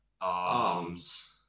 arms